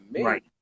right